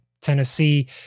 Tennessee